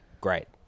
great